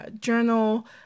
journal